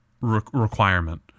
requirement